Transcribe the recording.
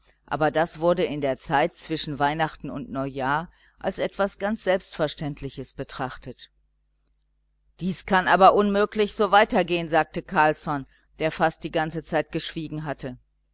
aber das wurde in der zeit zwischen weihnachten und neujahr als etwas ganz selbstverständliches betrachtet dies kann aber unmöglich so weitergehen sagte carlsson der fast die ganze zeit geschwiegen hatte